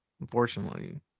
unfortunately